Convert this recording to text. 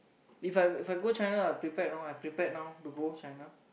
If I If I go China I prepared you know I prepared now to go China